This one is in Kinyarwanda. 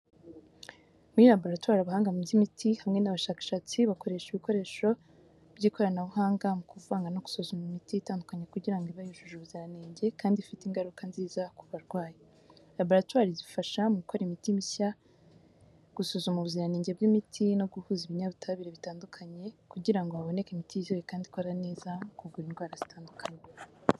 Muri laboratwari, abahanga mu by’imiti hamwe n’abashakashatsi bakoreshwa ibikoresho by’ikoranabuhanga mu kuvanga no gusuzuma imiti itandukanye kugira ngo ibe yujuje ubuziranenge kandi ifie ingaruka nziza ku barwayi. Laboratwari zifasha mu gukora imiti mishya, gusuzuma ubuziranenge bw’imiti, no guhuza ibinyabutabire bitandukanye kugira ngo haboneke imiti yizewe kandi ikora neza mu kuvura indwara zitandukanye.